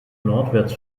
nordwärts